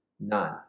none